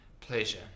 pleasure